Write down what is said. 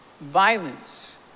violence